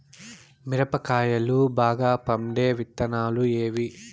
మిరప కాయలు బాగా పండే విత్తనాలు ఏవి